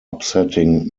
upsetting